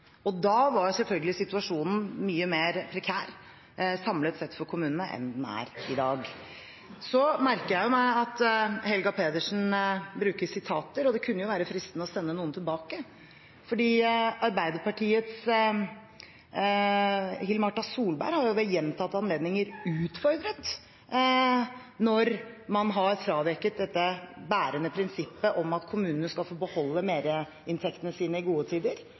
Da var selvfølgelig situasjonen mye mer prekær – samlet sett – for kommunene enn den er i dag. Jeg merker meg at Helga Pedersen bruker sitater, og det kunne være fristende å sende noen tilbake. Arbeiderpartiets Hill-Marta Solberg har ved gjentatte anledninger utfordret når man har fraveket det bærende prinsippet om at kommunene skal få beholde mer av inntektene sine i gode tider,